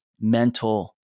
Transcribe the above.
mental